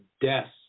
deaths